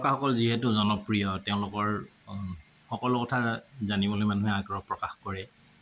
তাৰকাসকল যিহেতু জনপ্ৰিয় তেওঁলোকৰ সকলো কথা জানিবলৈ মানুহে আগ্ৰহ প্ৰকাশ কৰে